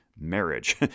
Marriage